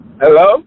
Hello